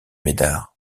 médard